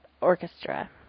Orchestra